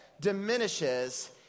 diminishes